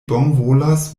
bonvolas